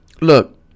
look